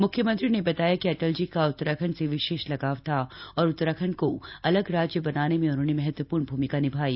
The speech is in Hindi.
मुख्यमंत्री ने बताया कि अटल जी का उत्तराखण्ड से विशेष लगाव था और उत्तराखण्ड को अलग राज्य बनाने में उन्होंने महत्वपूर्ण भूमिका निभायी